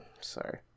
Sorry